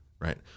right